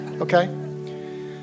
Okay